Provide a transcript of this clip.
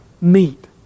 meet